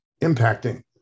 impacting